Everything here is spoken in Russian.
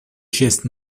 часть